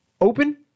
open